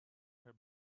her